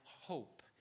hope